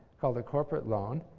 called a corporate loan.